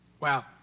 Wow